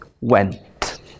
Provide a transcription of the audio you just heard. went